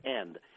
End